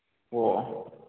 ꯑꯣ ꯑꯣ